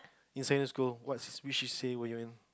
in secondary school what which C_C_A were you all in